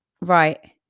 Right